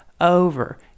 over